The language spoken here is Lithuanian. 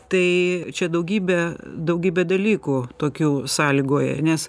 tai čia daugybė daugybė dalykų tokių sąlygoja nes